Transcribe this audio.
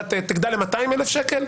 אתה תגדל ל-200,000 שקל,